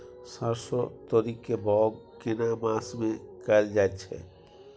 सरसो, तोरी के बौग केना मास में कैल जायत छै?